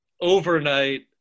overnight